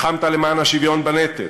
לחמת למען השוויון בנטל.